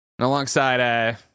Alongside